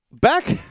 Back